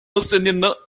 enseignant